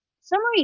Summary